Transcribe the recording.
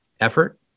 effort